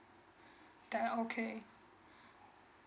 okay